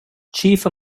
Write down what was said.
chief